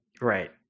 right